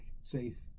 safe